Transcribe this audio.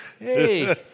Hey